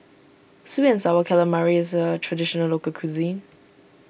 Sweet and Sour Calamari is a Traditional Local Cuisine